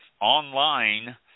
Online